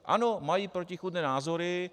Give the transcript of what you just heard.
Ano, mají protichůdné názory.